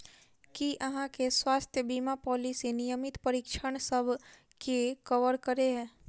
की अहाँ केँ स्वास्थ्य बीमा पॉलिसी नियमित परीक्षणसभ केँ कवर करे है?